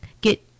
get